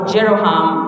Jeroham